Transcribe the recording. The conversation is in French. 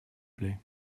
plait